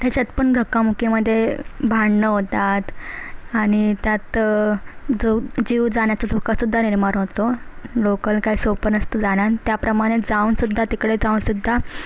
त्याच्यात पण धक्काबुक्कीमध्ये भांडणं होतात आणि त्यात जऊ जीव जाण्याचा धोका सुद्धा निर्माण होतो लोकल काही सोपं नसतं जाणं आणि त्याप्रमाणे जाऊन सुद्धा तिकडे जाऊन सुद्धा